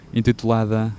intitulada